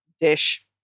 dish